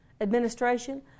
administration